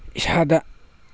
ꯏꯁꯥꯗ